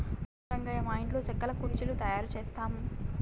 అవును రంగయ్య మా ఇంటిలో సెక్కల కుర్చీలు తయారు చేసాము